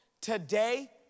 today